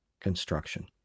construction